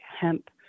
hemp